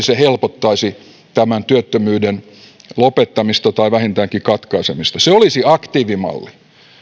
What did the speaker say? se helpottaisi tämän työttömyyden lopettamista tai vähintäänkin katkaisemista se olisi aktiivimalli